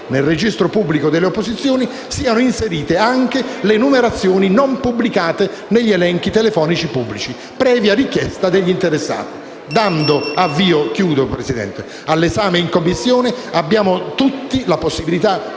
nel registro pubblico delle opposizioni siano inserite anche le numerazioni non pubblicate negli elenchi telefonici pubblici, previa richiesta degli interessati. Dando avvio all'esame in Commissione, abbiamo tutti la possibilità